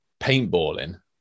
Paintballing